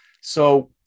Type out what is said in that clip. So-